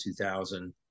2000